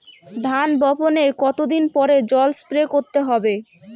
ধান বপনের কতদিন পরে জল স্প্রে করতে হবে?